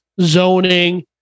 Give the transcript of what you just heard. zoning